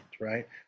right